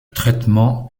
traitement